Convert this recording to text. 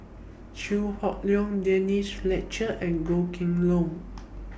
Chew Hock Leong Denise Fletcher and Goh Kheng Long